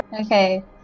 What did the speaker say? Okay